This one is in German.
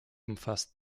umfasst